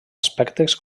aspectes